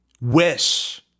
wish